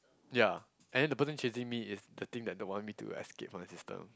ya and then the person chasing me is the thing that don't want me to escape from the system